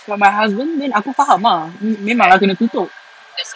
when my husband then aku faham ah memang lah kena kutuk